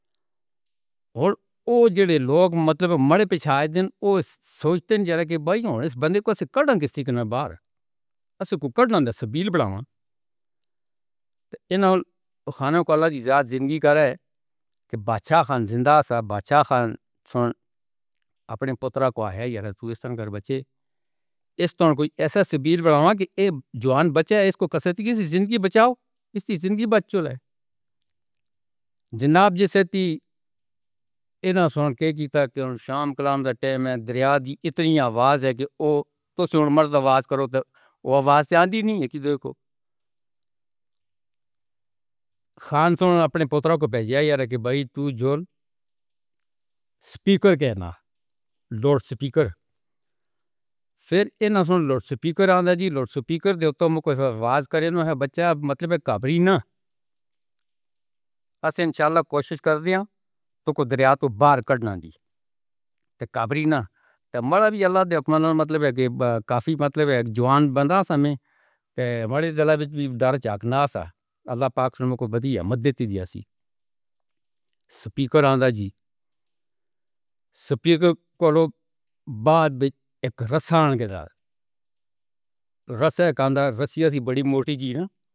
اور او جیڑے لوگ مطلب مرے۔ پیچھے دن سوچتے نہیں کہ بھائی کو ايسے کرن کسی کے ساتھ بار۔ ايسے کوئی کرنے سے بلبراہمن۔ اے ناو کھانے کو۔ اللا جی جا زندگی کر رہا ہے کہ بادشاہ زندہ صاحب بادشاہ ہوں۔ اپنے پُتر کو ہے۔ یار تو اِس طرح کا بچّہ اِس طور پر ايسا بل بنائے کہ اک جوان بچہ ہے۔ اِسکو کسے کی زندگی بچاؤ، اِس زندگی بچّوں لائے۔ جناب۔ جیسے کہ اِنہوں نے سُن کے کيتا کیا اُن شام کا ٹائم ہے۔ دریا دل اِتنی آواز ہے کہ او تو مرد۔ آواز کرو تو او آواز آتی نہیں ہے کہ دیکھو۔ خان سنو اپنے پُتر کو بھیجو کہ بھائی تو جھول۔ سپیکر کہنا لوڈ۔ سپیکر۔ پھر سن لوڈ۔ سپیکر آندا جی لوڈ۔ سپیکر دیتا مُ کو آواز کرے نہیں ہے بچہ۔ مطلب کہاں پر ہے نا۔ ايسے۔ انشاءاللہ کوشش کر لیا تو دریا تو باہر کرنا بھی تو قبر ہے نا۔ تمہارا بھی اللہ دے اپنا نام مطلب ہے کہ کافی مطلب اک جوان بنا۔ ہمیں تو بڑی دل بیچ بیچ ڈر ناسا اللہ پاک نے کچھ بڑھیا مدد دی تھی۔ سپیکر آندا جی۔ سپیکر کال بعد میں اک رس آن کے ساتھ رسّتے کا رس بڑی موٹی چیز ہے۔